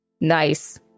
Nice